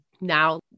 now